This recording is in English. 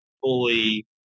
fully